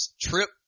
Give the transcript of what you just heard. trip